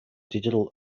digital